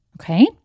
okay